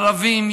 ערבים,